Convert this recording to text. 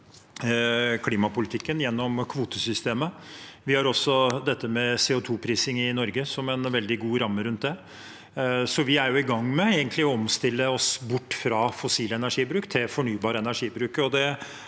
klimapolitikken gjennom kvotesystemet. Vi har også CO2-prising i Norge som en veldig god ramme rundt det, så vi er egentlig i gang med å omstille oss bort fra fossil energibruk til fornybar energibruk.